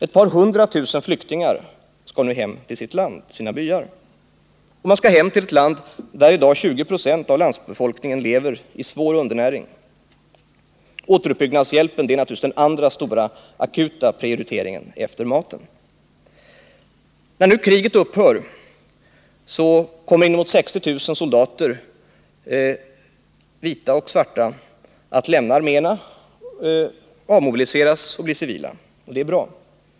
Ett par hundra tusen flyktingar skall nu hem till sitt land och sina byar. De skall hem till ett land där i dag 20 20 av befolkningen lever i svår undernäring. Återuppbyggnadshjälpen är naturligtvis den andra stora akuta prioriteringen efter maten. När nu kriget upphört kommer inemot 60 000 soldater — vita och svarta — att lämna arméerna, avmobiliseras och bli civila. Det är bra.